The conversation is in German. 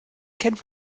kennt